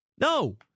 no